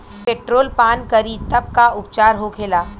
Petrol पान करी तब का उपचार होखेला?